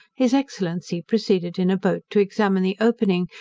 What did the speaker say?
his excellency proceeded in a boat to examine the opening,